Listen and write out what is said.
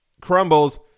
crumbles